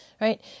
right